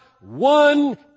one